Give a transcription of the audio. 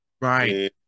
Right